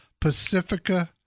Pacifica